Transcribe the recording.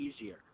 easier